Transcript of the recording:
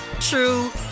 true